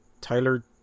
Tyler